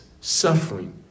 suffering